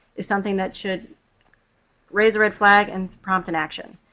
is something that should raise a red flag and prompt an action,